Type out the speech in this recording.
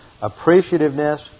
appreciativeness